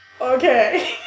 Okay